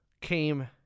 came